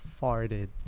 farted